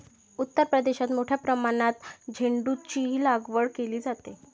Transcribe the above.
उत्तर प्रदेशात मोठ्या प्रमाणात झेंडूचीलागवड केली जाते